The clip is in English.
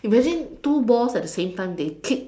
imagine two balls at the same time they kick